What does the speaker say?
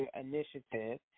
Initiative